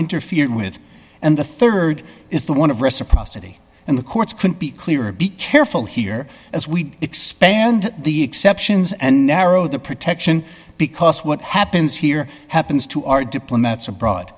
interfered with and the rd is the one of reciprocity and the courts couldn't be clearer be careful here as we expand the exceptions and narrow the protection because what happens here happens to our diplomats abroad